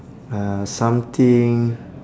uh something